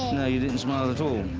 no you didn't smile at all.